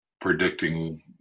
predicting